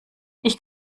ich